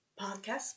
podcast